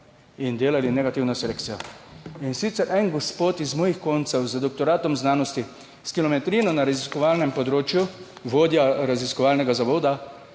in delali negativno selekcijo. In sicer en gospod iz mojih koncev, z doktoratom znanosti s kilometrino na raziskovalnem področju vodja raziskovalnega zavoda